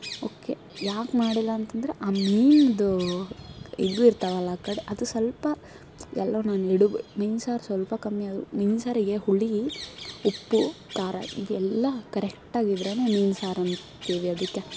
okay ಯಾಕೆ ಮಾಡಿಲ್ಲ ಅಂತಂದ್ರೆ ಆ ಮೀನಿದ್ದು ಇದು ಇರ್ತಾವಲ್ಲ ಆ ಕಡೆ ಅದು ಸ್ವಲ್ಪ ಎಲ್ಲವು ನಾನು ಇಡು ಮೀನು ಸಾರು ಸ್ವಲ್ಪ ಕಮ್ಮಿಯಾದರೂ ಮೀನು ಸಾರಿಗೆ ಹುಳಿ ಉಪ್ಪು ಖಾರ ಇವೆಲ್ಲ ಕರೆಕ್ಟ್ ಆಗಿದ್ದರೇನೆ ಮೀನು ಸಾರು ಅಂತೀವಿ ಅದಕ್ಕೆ